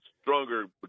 stronger